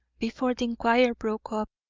before the inquiry broke up,